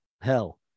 hell